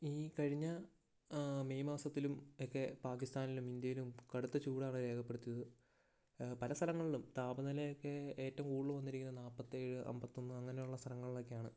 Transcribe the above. ഈ കഴിഞ്ഞ ആ മെയ് മാസത്തിലും ഒക്കെ പാകിസ്താനിലും ഇന്ത്യയിലും കടുത്ത ചൂടാണ് രേഖപ്പെടുത്തിയത് പല സ്ഥലങ്ങളിലും താപനിലയൊക്കെ ഏറ്റവും കൂടുതല് വന്നിരിക്കുന്നത് നാല്പത്തേഴ് അമ്പത്തൊന്ന് അങ്ങനെ ഉള്ള സ്ഥലങ്ങളിലൊക്കെയാണ്